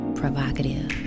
provocative